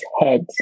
heads